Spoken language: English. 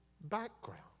background